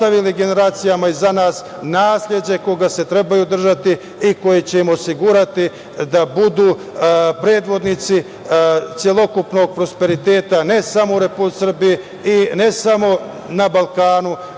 ostavili generacijama iza nas nasleđe kojeg se trebaju držati i koje će im osigurati da budu predvodnici celokupnog prosperiteta, ne samo u Republici Srbiji i ne samo na Balkanu,